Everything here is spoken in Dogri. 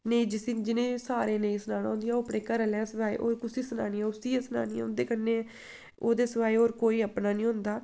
नेईं जिस्सी जि'नें सारें गी नेईं सनाना होंदियां ओह् अपने घरै आह्ले दे सवाए होर कुस्सी सनानियां उस्सी गै सुनानी उं'दे कन्नै ओह्दै सवाए होर कोई अपना निं होंदा